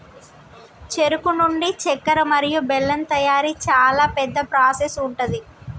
చెరుకు నుండి చెక్కర మరియు బెల్లం తయారీ చాలా పెద్ద ప్రాసెస్ ఉంటది